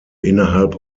innerhalb